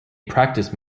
practice